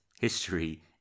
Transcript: history